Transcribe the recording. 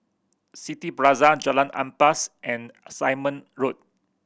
City Plaza Jalan Ampas and Simon Road